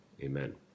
amen